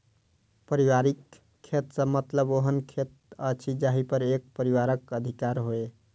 पारिवारिक खेत सॅ मतलब ओहन खेत अछि जाहि पर एक परिवारक अधिकार होय